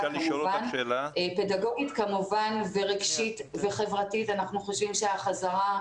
פדגוגית, רגשית וחברתית אנחנו חושבים שהחזרה,